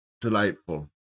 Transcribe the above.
Delightful